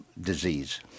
disease